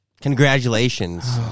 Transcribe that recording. Congratulations